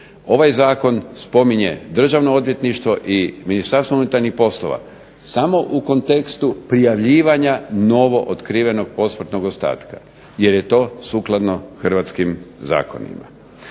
Ovaj zakon spominje Državno odvjetništvo i Ministarstvo unutarnjih poslova samo u kontekstu prijavljivanja novootkrivenog posmrtnog ostatka, jer je to sukladno hrvatskim zakonima.